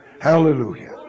Hallelujah